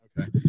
Okay